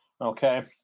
okay